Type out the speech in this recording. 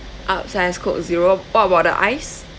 upsize coke zero what about the ice